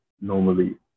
normally